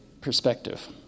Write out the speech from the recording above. perspective